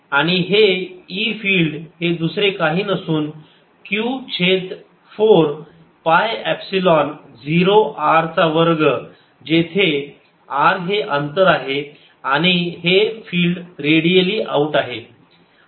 आणि हे E field दुसरे काही नसून q छेद 4 पाय एप्सिलॉन 0 r चा वर्ग जेथे r हे अंतर आहे आणि हे फिल्ड रेडिअली आऊट आहे